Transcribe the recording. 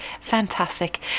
Fantastic